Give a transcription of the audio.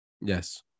Yes